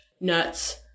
nuts